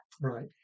Right